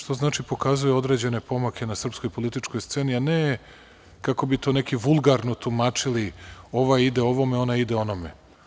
To pokazuje određene pomake na srpskoj političkoj sceni, a ne, kako bi to neki vulgarno tumačili, ovaj ide ovome, onaj ide onome.